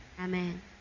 Amen